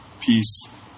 peace